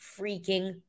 freaking